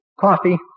coffee